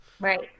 Right